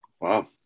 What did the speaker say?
wow